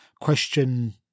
question